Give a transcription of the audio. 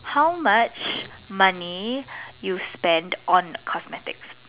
how much money you spent on cosmetics